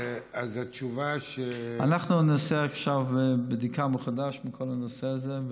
אנחנו נעשה עכשיו בדיקה מחדש בכל הנושא הזה,